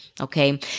Okay